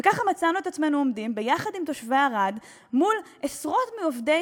וככה מצאנו את עצמנו עומדים יחד עם תושבי ערד מול עשרות מעובדי